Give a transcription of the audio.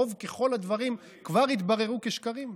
רוב ככל הדברים כבר התבררו כשקרים.